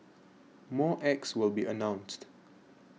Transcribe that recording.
more acts will be announced